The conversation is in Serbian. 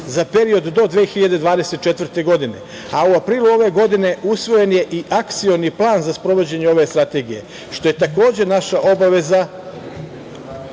za period do 2024. godine, a u aprilu ove godine usvojen je i akcioni plan za sprovođenje ove strategije što je takođe naša obaveza